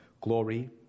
glory